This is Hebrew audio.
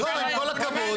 עם כל הכבוד.